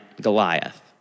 Goliath